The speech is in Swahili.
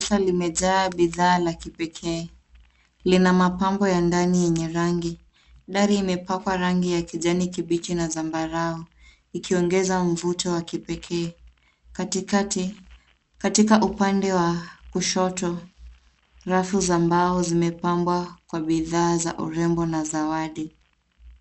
Limejaa mapambo ya kipekee. Lina mapambo ya ndani yenye rangi. Ndani imepakwa rangi ya kijani kibichi na zambarau ikiongeza mvuto wa kipekee. Katikati, katika upande wa kushoto, rafu za mbao zimepambwa kwa bidhaa za urembo na zawadi.